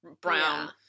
brown